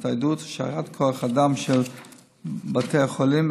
הצטיידות והשארת כוח האדם של בתי החולים,